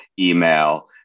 email